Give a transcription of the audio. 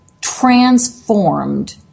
transformed